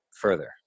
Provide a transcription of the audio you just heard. further